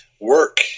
work